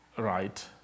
right